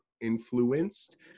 influenced